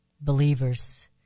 believers